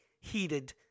heated